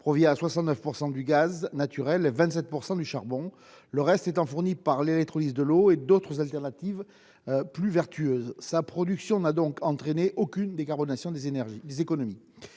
provient à 69 % du gaz naturel et à 27 % du charbon, le reste étant fourni par l'électrolyse de l'eau et d'autres solutions plus vertueuses. Sa production n'a donc entraîné aucune décarbonation des économies.